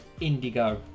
Indigo